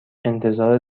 انتظار